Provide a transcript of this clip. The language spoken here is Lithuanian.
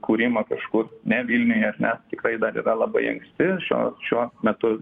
kūrimą kažkur ne vilniuje ar ne tikrai dar yra labai anksti šiuo šiuo metu